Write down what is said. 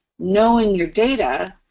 knowing your data,